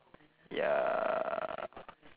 ya